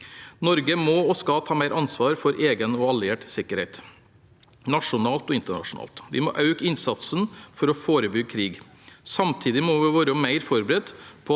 Norge må og skal ta mer ansvar for egen og alliert sikkerhet, nasjonalt og internasjonalt. Vi må øke innsatsen for å forebygge krig. Samtidig må vi være mer forberedt på